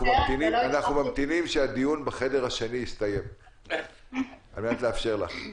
אנחנו ממתינים שהדיון בחדר השני יסתיים על מנת לאפשר לך לדבר.